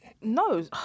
no